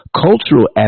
cultural